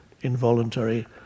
involuntary